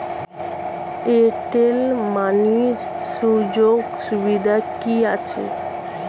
Airtel money সুযোগ সুবিধা কি আছে?